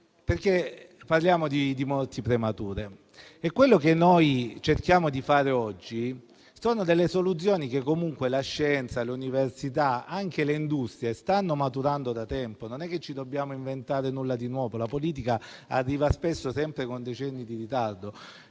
Parliamo di morti premature e quello che cerchiamo di fare oggi è applicare le soluzioni che comunque la scienza, le università e anche le industrie stanno maturando da tempo. Non ci dobbiamo inventare nulla di nuovo. La politica arriva spesso con decenni di ritardo.